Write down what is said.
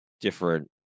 different